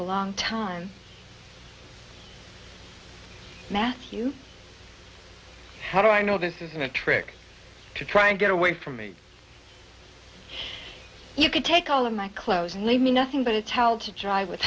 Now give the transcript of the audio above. a long time matthew how do i know this isn't a trick to try and get away from me you could take all of my clothes and leave me nothing but a towel to dry with